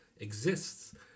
exists